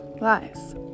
lies